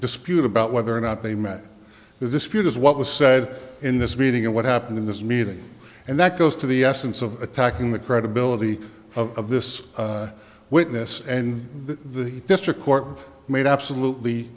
dispute about whether or not they met this cute is what was said in this meeting and what happened in this meeting and that goes to the essence of attacking the credibility of this witness and the district court made absolutely